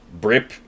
Brip